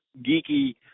geeky